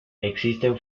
existen